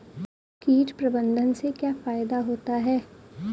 कीट प्रबंधन से क्या फायदा होता है?